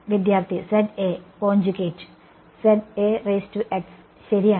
വിദ്യാർത്ഥി Za conjugate ശരിയാണ്